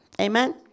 Amen